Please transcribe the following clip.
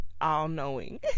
all-knowing